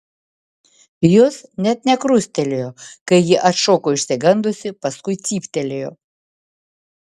jos net nekrustelėjo kai ji atšoko išsigandusi paskui cyptelėjo